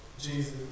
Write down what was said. Jesus